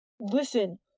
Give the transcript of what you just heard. Listen